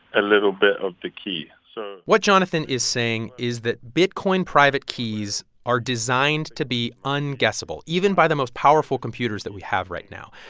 a little bit of a key so what jonathan is saying is that bitcoin private keys are designed to be ah unguessable, even by the most powerful computers that we have right now.